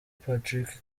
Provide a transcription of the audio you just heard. patrick